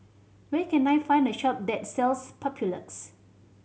where can I find a shop that sells Papulex